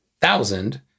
thousand